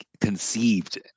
conceived